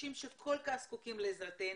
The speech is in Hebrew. אנשים שכל כך זקוקים לעזרתנו,